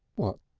what,